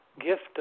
gift